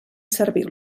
serviu